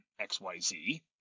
XYZ